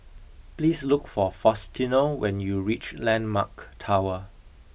please look for Faustino when you reach Landmark Tower